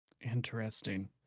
Interesting